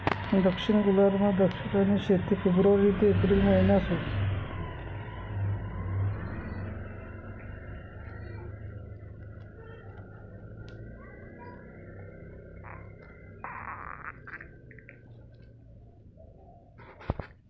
दक्षिण गोलार्धमा दराक्षनी शेती फेब्रुवारी ते एप्रिल महिनामा व्हस